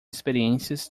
experiências